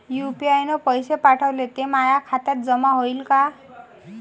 UPI न पैसे पाठवले, ते माया खात्यात जमा होईन का?